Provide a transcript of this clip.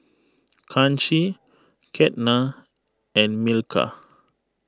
Kanshi Ketna and Milkha